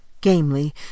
Gamely